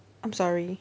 I'm sorry